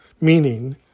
Meaning